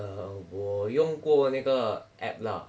err 我用过那个 app 啦